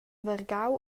vargau